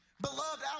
Beloved